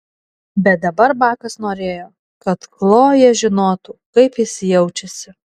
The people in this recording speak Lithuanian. bet dabar bakas norėjo kad chlojė žinotų kaip jis jaučiasi